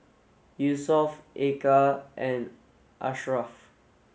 Yusuf Eka and Asharaff